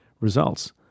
results